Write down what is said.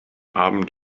abend